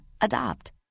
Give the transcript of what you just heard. Adopt